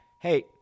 hey